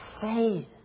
faith